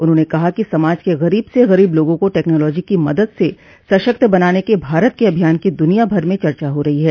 उन्होंने कहा कि समाज के गरीब से गरीब लोगों को टेक्नोलॉजी की मदद से सशक्त बनाने के भारत के अभियान की दुनियाभर में चर्चा हो रही है